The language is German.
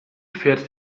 fährt